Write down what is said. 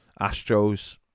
Astros